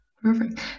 Perfect